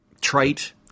trite